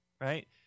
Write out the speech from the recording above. right